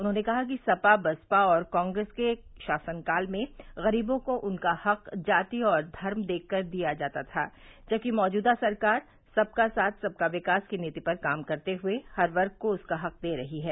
उन्होंने कहा कि सपा बसपा और कांग्रेस के शासनकाल में गरीबों को उनका हक जाति और धर्म देखकर दिया जाता था जबकि मौजूदा सरकार सबका साथ सबका विकास की नीति पर काम करते हुए हर वर्ग को उसका हक दे रही है